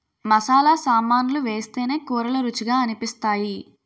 మసాలా సామాన్లు వేస్తేనే కూరలు రుచిగా అనిపిస్తాయి